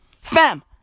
Fam